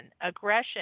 aggression